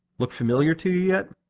look familiar to you yet?